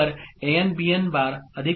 Bn An